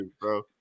bro